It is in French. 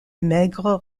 maigres